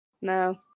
No